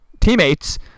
teammates